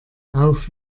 auf